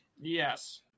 Yes